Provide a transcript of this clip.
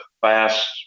fast